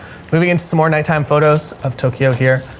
maybe into some more nighttime photos of tokyo here.